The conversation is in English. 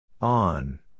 On